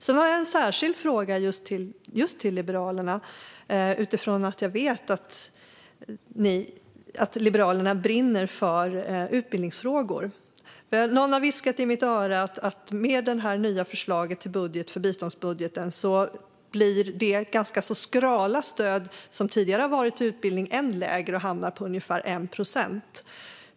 Sedan har jag en särskild fråga just till Liberalerna utifrån att jag vet att Liberalerna brinner för utbildningsfrågor. Någon har viskat i mitt öra att med detta nya förslag till biståndsbudget blir det tidigare ganska så skrala stödet till utbildning ännu lägre och hamnar på ungefär 1 procent.